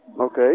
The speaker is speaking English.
Okay